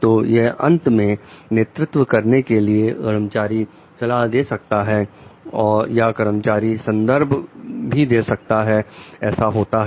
तो वह अंत में नेतृत्व करने के लिए कर्मचारी सलाह दे सकता है या कर्मचारी संदर्भ भी दे सकता है ऐसा होता है